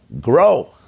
grow